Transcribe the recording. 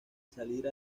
salir